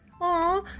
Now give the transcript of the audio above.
Aw